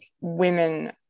women